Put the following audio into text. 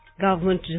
Government